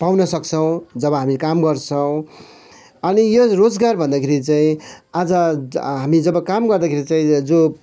पाँउन सक्छौँ जब हामी काम गर्छौँ अनि यो रोजगार भन्दाखेरि चाहिँ आज हामी जब काम गर्दाखेरि चाहिँ जो